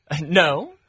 No